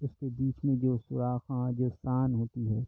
اس کے بیچ میں جو سراخ جستان ہوتی ہے